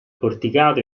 porticato